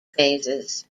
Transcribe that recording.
phases